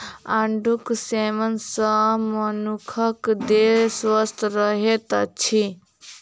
आड़ूक सेवन सॅ मनुखक देह स्वस्थ रहैत अछि